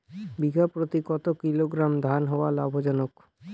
বিঘা প্রতি কতো কিলোগ্রাম ধান হওয়া লাভজনক?